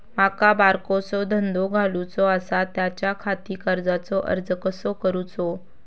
माका बारकोसो धंदो घालुचो आसा त्याच्याखाती कर्जाचो अर्ज कसो करूचो?